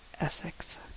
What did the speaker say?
Essex